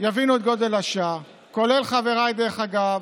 יבינו את גודל השעה, דרך אגב,